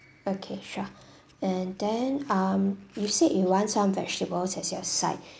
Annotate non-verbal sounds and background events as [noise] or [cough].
okay sure [breath] and then um you said you want some vegetables as your side [breath]